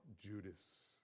Judas